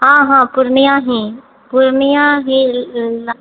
हँ हँ पूर्णिया हि पूर्णिया हि लऽ